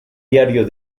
diario